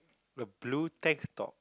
a blue tank top